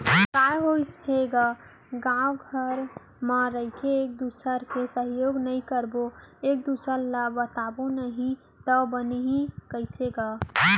काय होइस हे गा गाँव घर म रहिके एक दूसर के सहयोग नइ करबो एक दूसर ल बताबो नही तव बनही कइसे गा